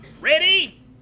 Ready